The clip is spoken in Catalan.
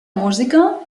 música